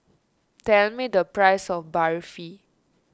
tell me the price of Barfi